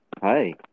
Hi